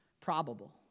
probable